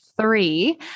three